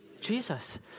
Jesus